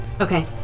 Okay